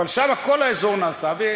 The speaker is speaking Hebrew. אבל שם כל האזור נעשה.